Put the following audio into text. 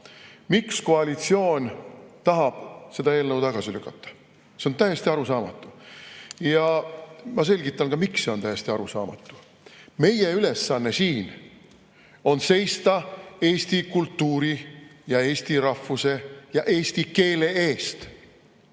miks koalitsioon tahab seda eelnõu tagasi lükata. See on täiesti arusaamatu! Ma selgitan, miks see on täiesti arusaamatu. Meie ülesanne siin on seista eesti kultuuri ja eesti rahvuse ja eesti keele eest.